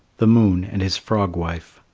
the moon and his frog-wife